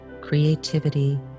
creativity